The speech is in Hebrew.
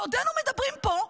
בעודנו מדברים פה,